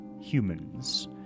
humans